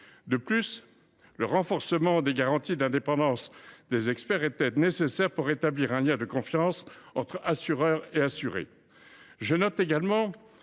De même, le renforcement des garanties d’indépendance des experts est nécessaire pour rétablir un lien de confiance entre assureurs et assurés.